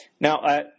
Now